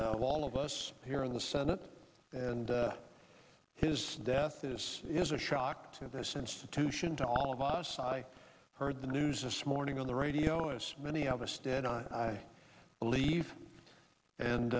and all of us here in the senate and his death this is a shock to this institution to all of us i heard the news this morning on the radio as many of us did i believe and